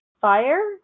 fire